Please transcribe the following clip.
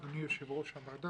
אדוני יושב-ראש הוועדה,